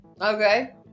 Okay